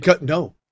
No